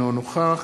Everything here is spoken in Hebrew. אינו נוכח